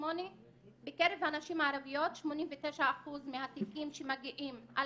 בקרב הנשים הערביות 89% מהתיקים שמגיעים על